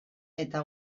eta